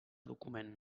document